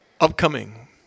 Upcoming